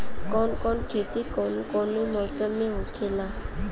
कवन कवन खेती कउने कउने मौसम में होखेला?